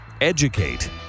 Educate